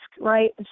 right